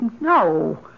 No